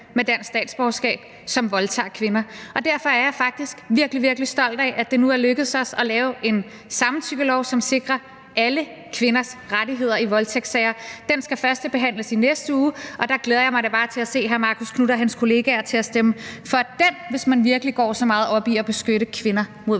med dansk statsborgerskab, som voldtager kvinder, og derfor er jeg faktisk virkelig, virkelig stolt af, at det nu er lykkedes os at lave en samtykkelov, som sikrer alle kvinders rettigheder i voldtægtssager. Den skal førstebehandles i næste uge, og der glæder jeg mig da bare til at se hr. Marcus Knuth og hans kollegaer stemme for den, hvis man virkelig går så meget op i at beskytte kvinder mod voldtægt.